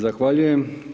Zahvaljujem.